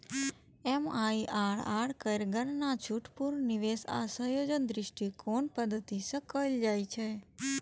MIRR केर गणना छूट, पुनर्निवेश आ संयोजन दृष्टिकोणक पद्धति सं कैल जाइ छै